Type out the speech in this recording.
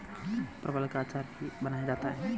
परवल का अचार भी बनाया जाता है